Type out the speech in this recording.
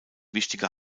wichtige